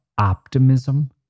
optimism